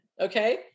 Okay